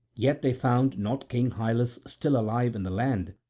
yet they found not king hyllus still alive in the land,